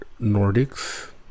Nordics